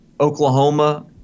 Oklahoma